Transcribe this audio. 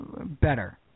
better